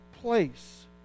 place